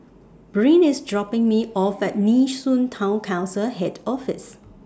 Bryn IS dropping Me off At Nee Soon Town Council Head Office